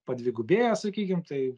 padvigubėja sakykim tai